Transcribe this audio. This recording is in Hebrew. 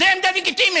זו עמדה לגיטימית.